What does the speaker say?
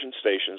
stations